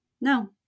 no